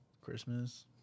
Christmas